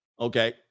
Okay